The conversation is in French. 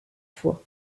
fois